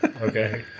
okay